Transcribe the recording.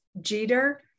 Jeter